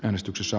äänestyksessä